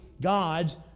God's